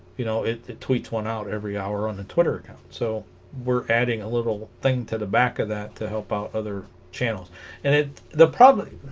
you know it tweets one out every hour on the twitter account so we're adding a little thing to the back of that to help out other channels and it the probably